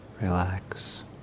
relax